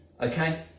okay